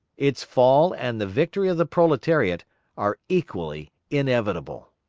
its fall and the victory of the proletariat are equally inevitable.